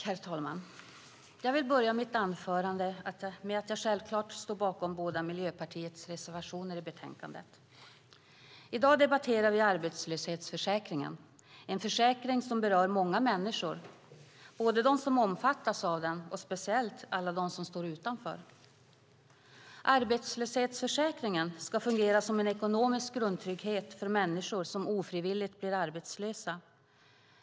Herr talman! Jag vill börja mitt anförande med att jag självklart står bakom Miljöpartiets båda reservationer i betänkandet. I dag debatterar vi arbetslöshetsförsäkringen, en försäkring som berör många människor, både dem som omfattas av den och speciellt alla dem som står utanför. Arbetslöshetsförsäkringen ska fungera som en ekonomisk grundtrygghet för människor som ofrivilligt blir arbetslösa.